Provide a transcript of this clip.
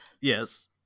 yes